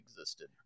existed